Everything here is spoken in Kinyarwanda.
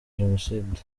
jenoside